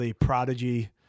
prodigy